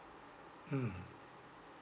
mm mm